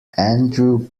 andrew